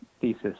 thesis